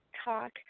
talk